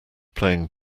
playing